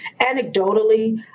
anecdotally